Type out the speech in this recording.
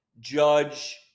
judge